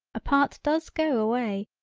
a part does go away,